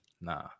nah